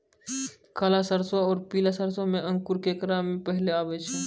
काला सरसो और पीला सरसो मे अंकुर केकरा मे पहले आबै छै?